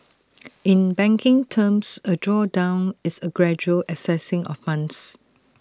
in banking terms A drawdown is A gradual accessing of funds